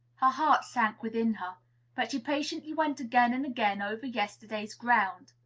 her heart sank within her but she patiently went again and again over yesterday's ground.